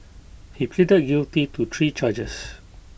he pleaded guilty to three charges